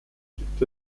gibt